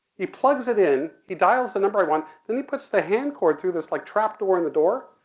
he plugs it in, he dials the number i want, then he puts the hand cord through this like trap door in the door.